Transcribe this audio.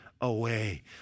away